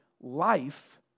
life